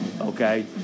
Okay